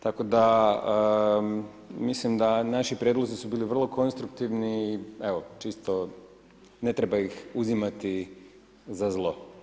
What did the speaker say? Tako da mislim da naši prijedlozi su bili vrlo konstruktivni i čisto, ne treba ih uzimati za zlo.